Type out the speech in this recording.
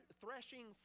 threshing